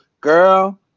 girl